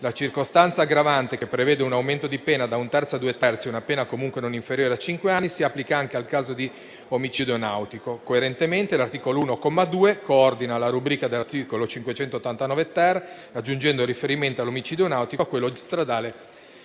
la circostanza aggravante che prevede un aumento di pena da un terzo a due terzi e una pena comunque non inferiore a cinque anni si applica anche al caso di omicidio nautico. Coerentemente, l'articolo 1, comma 2, coordina la rubrica dell'articolo 589-*ter* aggiungendo il riferimento all'omicidio nautico a quello stradale